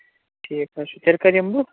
ٹھیٖک حظ چھُ تیٚلہِ کَر یِمہٕ بہٕ